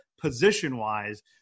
position-wise